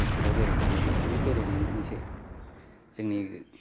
कलकाटायाव बेरायनो थांदोंमोन आरो बेरायनाया मोनसे जोंनि